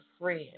friend